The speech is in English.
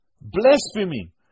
Blasphemy